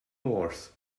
north